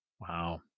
Wow